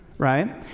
Right